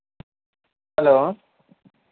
hello